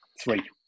Three